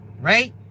right